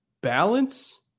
balance